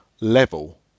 level